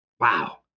Wow